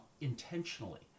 intentionally